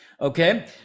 Okay